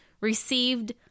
received